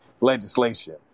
legislation